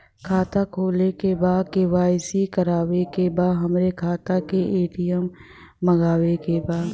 खाता खोले के बा के.वाइ.सी करावे के बा हमरे खाता के ए.टी.एम मगावे के बा?